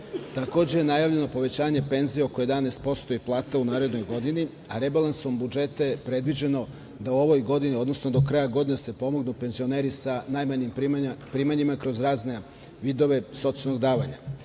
Takođe, najavljeno je povećanje penzija oko 11% i plata u narednoj godini, rebalansom budžeta je predviđeno da u ovoj godini, odnosno do kraja godine da se pomognu penzioneri sa najmanjim primanjima kroz razne vidove socijalnog davanja.